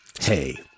hey